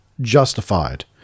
justified